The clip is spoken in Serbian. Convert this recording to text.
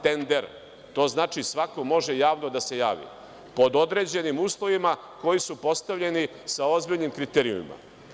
Tender, to znači da svako može javno da se javi, pod određenim uslovima koji su postavljeni sa ozbiljnim kriterijumima.